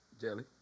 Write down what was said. Jelly